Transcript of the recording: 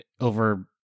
over